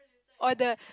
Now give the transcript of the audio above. oh the